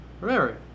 Remember